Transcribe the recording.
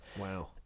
Wow